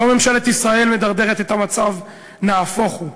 לא ממשלת ישראל מדרדרת את המצב, נהפוך הוא,